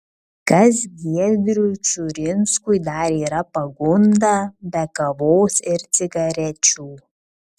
kas giedriui čiurinskui dar yra pagunda be kavos ir cigarečių